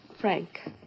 Frank